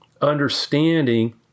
understanding